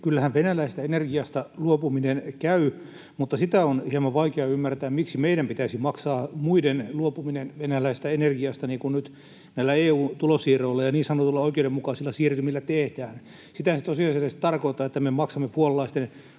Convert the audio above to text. Kyllähän venäläisestä energiasta luopuminen käy, mutta sitä on hieman vaikea ymmärtää, miksi meidän pitäisi maksaa muiden luopuminen venäläisestä energiasta, niin kuin nyt EU:n tulonsiirroilla ja niin sanotuilla oikeudenmukaisilla siirtymillä tehdään. Sitähän se tosiasiallisesti tarkoittaa, että me maksamme puolalaisten